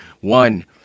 One